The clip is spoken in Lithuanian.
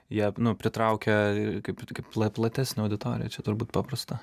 jie pritraukia kaip tokia platesnę auditoriją čia turbūt paprasta